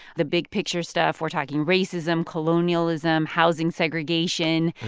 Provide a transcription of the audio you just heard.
the big-picture stuff we're talking racism, colonialism, housing segregation,